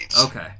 Okay